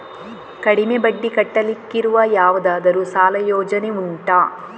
ಕಡಿಮೆ ಬಡ್ಡಿ ಕಟ್ಟಲಿಕ್ಕಿರುವ ಯಾವುದಾದರೂ ಸಾಲ ಯೋಜನೆ ಉಂಟಾ